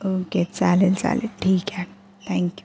okay चालेल चालेल ठीक आहे थँक्यू